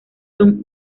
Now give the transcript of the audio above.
son